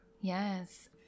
Yes